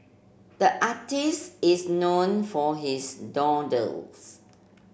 the artist is known for his